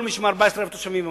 כל רשות מ-14,000 תושבים ומעלה.